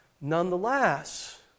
Nonetheless